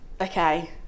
Okay